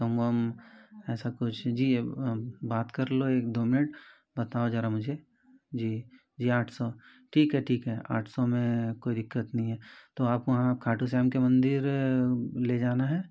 कम वम ऐसा कुछ जी बात कर लो एक दो मिनट बताओ ज़रा मुझे जी आठ सौ ठीक है ठीक है आठ सौ में कोई दिक्कत नहीं है तो आप वहाँ खाटू श्याम के मंदिर ले जाना है